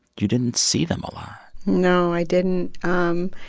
you didn't see them a lot no, i didn't. um